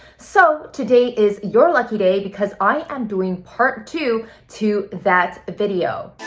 so today is your lucky day because i am doing part two to that video.